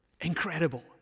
Incredible